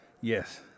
Yes